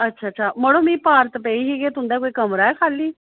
अच्छा अच्छा मड़ो मी पारत पेई ही कि तुं'दा कोई कमरा ऐ खाल्ली